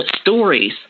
stories